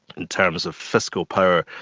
in terms of fiscal power,